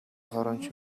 хуурамч